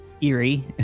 eerie